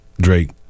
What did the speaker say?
Drake